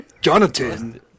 Jonathan